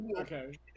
Okay